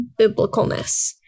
biblicalness